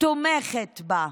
תומכת בה.